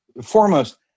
Foremost